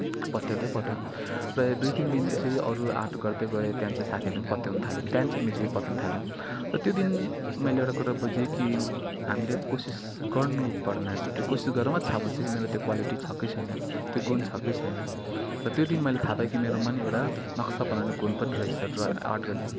पत्याउँदै पत्याएन र यो दुई तिन दिन अरू आर्ट गर्दै गएँ त्यहाँदेखि चाहिँ साथीहरूले पनि पत्याउन थाल्यो त्यहाँदेखि चाहिँ मिसले पनि पत्याउन थाल्यो र त्यो दिन मैले एउटा कुरो बुझेँ कि हामीले कोसिस गर्नु पर्ने रहेछ त्यो कोसिस गरेर मात्रै थाहा हुन्छ कि मेरो त्यो क्वालिटी छ कि छैन त्यो गुण छ कि छैन र त्यो दिन मैले थाहा पाएँ कि मेरोमा पनि एउटा नक्सा बनाउने गुण पनि रहेछ ड्र आर्ट गर्ने